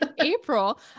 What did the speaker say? April